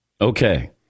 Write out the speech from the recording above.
Okay